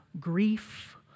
grief